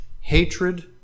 hatred